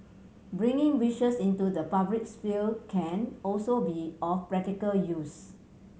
bringing wishes into the public sphere can also be of practical use